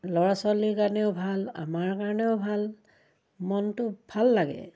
ল'ৰা ছোৱালীৰ কাৰণেও ভাল আমাৰ কাৰণেও ভাল মনটো ভাল লাগে